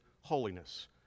Holiness